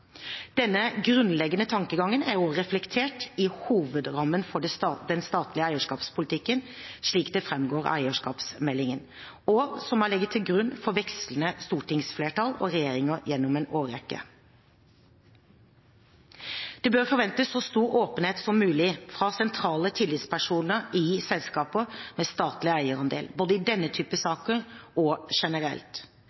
Denne grunnleggende tankegangen er også reflektert i hovedrammen for den statlige eierskapspolitikken, slik det framgår av eierskapsmeldingen, og som har ligget til grunn for vekslende stortingsflertall og regjeringer gjennom en årrekke. Det bør forventes så stor åpenhet som mulig fra sentrale tillitspersoner i selskaper med statlig eierandel, både i denne typen saker og generelt.